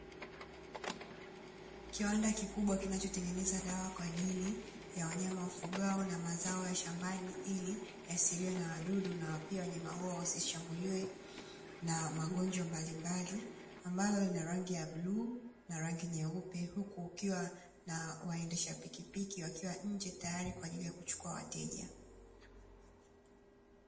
Kiwanda kikubwa kinachotengeneza dawa kwa ajili ya wanyama wafugwao na mazao ya shambani, ili yasiliwe na wadudu na pia wanyama hao wasishambuliwe na magonjwa mbalimbali ambalo lina rangi ya bluu na rangi nyeupe, huku kukiwa na waendesha pikipiki wakiwa nje tayari kuchukua wateja.